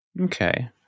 Okay